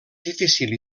difícil